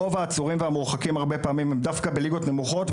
רוב העצורים והמורחקים הרבה פעמים הם דווקא בליגות נמוכות,